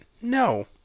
No